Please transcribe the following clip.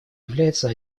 является